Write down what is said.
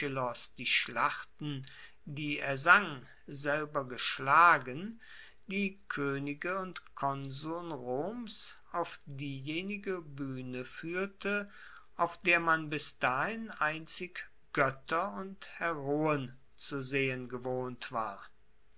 die schlachten die er sang selber geschlagen die koenige und konsuln roms auf diejenige buehne fuehrte auf der man bis dahin einzig goetter und heroen zu sehen gewohnt war